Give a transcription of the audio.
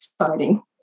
exciting